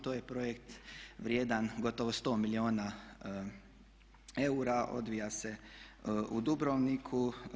To je projekt vrijedan gotovo 100 milijuna eura, odvija se u Dubrovniku.